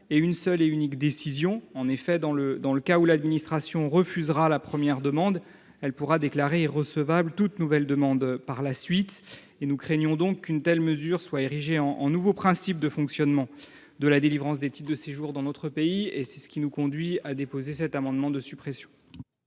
et une seule et unique décision. En effet, dans le cas où l’administration refusera la première demande, elle pourra déclarer irrecevable toute nouvelle tentative par la suite. Nous craignons donc qu’une telle mesure soit érigée en nouveau principe de fonctionnement de la délivrance des titres de séjour dans notre pays, ce qui nous conduit à déposer cet amendement de suppression.